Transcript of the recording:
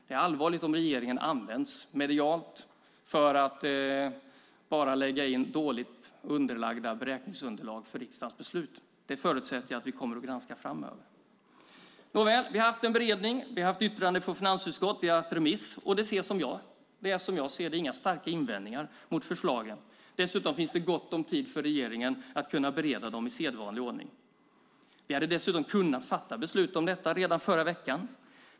Det är allvarligt om regeringen används medialt för att lägga in dåligt underbyggda beräkningsunderlag för riksdagens beslut. Det förutsätter jag att vi kommer att granska framöver. Nåväl, vi har haft en beredning. Vi har haft yttrande från finansutskottet, och vi har haft en remiss. Det finns som jag ser det inga starka invändningar mot förslagen. Dessutom finns det gott om tid för regeringen att bereda dem i sedvanlig ordning. Vi hade dessutom kunnat fatta beslut om detta redan förra veckan.